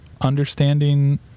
understanding